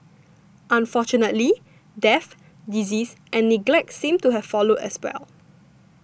unfortunately death disease and neglect seemed to have followed as well